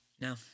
No